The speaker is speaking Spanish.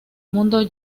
mundo